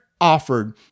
offered